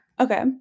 Okay